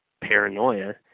paranoia